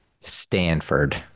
Stanford